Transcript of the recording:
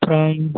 அப்புறம்